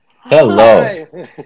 Hello